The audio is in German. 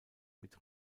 mit